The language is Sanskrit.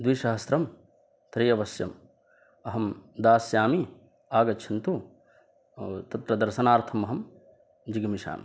द्विसहस्रं तर्हि अवश्यम् अहं दास्यामि आगच्छन्तु तत्र दर्शनार्थम् अहं जिगमिषामि